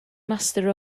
master